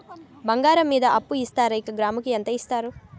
బంగారం మీద అప్పు ఇస్తారా? ఒక గ్రాము కి ఎంత ఇస్తారు?